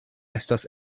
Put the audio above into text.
estas